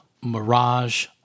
mirage